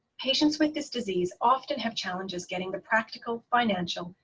patients with this disease often have challenges getting the practical, financial,